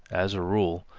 as a rule,